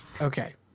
Okay